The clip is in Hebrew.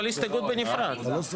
הצבעה בעד